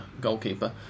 goalkeeper